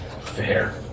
Fair